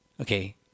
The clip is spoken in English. okay